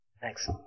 Thanks